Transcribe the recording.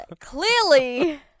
clearly